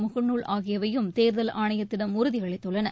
முகநூல் ஆகியவையும் தேர்தல் ஆணையத்திடம் உறுதியளித்துள்ளன